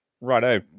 Righto